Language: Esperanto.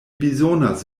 bezonas